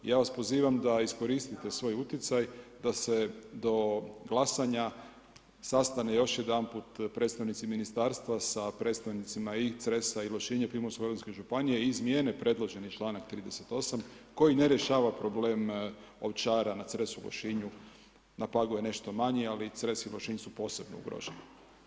Ja vas pozivam da iskoristite svoj utjecaj da se do glasanja sastane još jedanput predstavnici Ministarstva sa predstavnicima i Cresa i Lošinja i Primorsko goranske županije i izmijene predloženi čl. 38 koji ne rješava problem ovčara na Cresu, Lošinju, na Pagu je nešto manji, ali Cres i Lošinj su posebno ugroženi.